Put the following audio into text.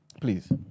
please